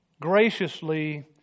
graciously